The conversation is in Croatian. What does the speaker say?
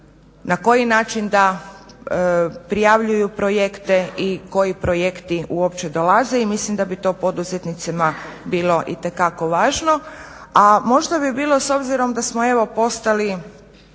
na koji način da prijavljuju projekte i koji projekti uopće dolaze. I mislim da bi to poduzetnicima bilo itekako važno. A možda bi bilo s obzirom da smo evo postali